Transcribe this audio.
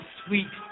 sweet